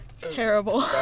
Terrible